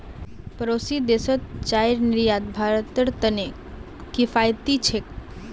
पड़ोसी देशत चाईर निर्यात भारतेर त न किफायती छेक